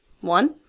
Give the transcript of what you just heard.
one